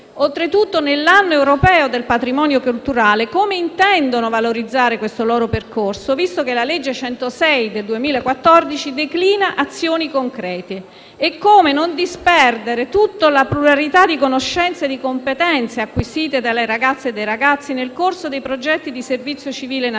oltretutto nell'anno europeo del patrimonio culturale, come intendano valorizzare questo loro percorso, visto che la legge n. 106 del 2014 declina azioni concrete, e come non disperdere la pluralità di conoscenze e di competenze acquisite dalle ragazze e dai ragazzi nel corso dei progetti di servizio civile nazionale